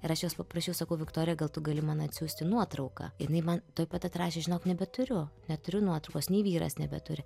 ir aš jos paprašiau sakau viktorija gal tu gali man atsiųsti nuotrauką ir man tuoj pat atrašė žinok nebeturiu neturiu nuotraukos nei vyras nebeturi